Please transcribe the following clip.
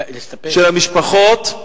של המשפחות,